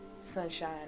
sunshine